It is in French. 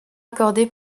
accordé